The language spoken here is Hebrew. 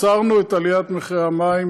עצרנו את עליית מחירי המים